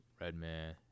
Redman